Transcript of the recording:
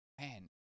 man